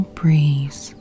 breeze